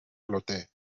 flote